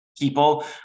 people